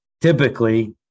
typically